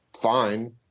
fine